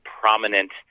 prominent